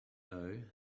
though